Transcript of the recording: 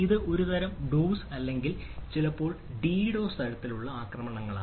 ഇത് ഒരുതരം ഡോസ് തരത്തിലുള്ള ആക്രമണങ്ങളാണ്